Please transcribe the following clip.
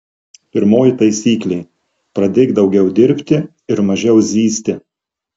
pirmoji taisyklė pradėk daugiau dirbti ir mažiau zyzti